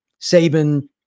Saban